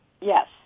Yes